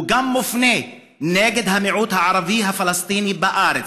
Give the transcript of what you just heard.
הוא גם מופנה נגד המיעוט הערבי הפלסטיני בארץ.